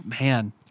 Man